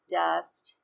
dust